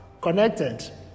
connected